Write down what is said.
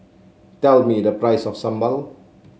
tell me the price of sambal